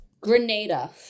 Grenada